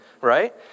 right